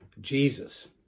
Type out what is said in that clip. Jesus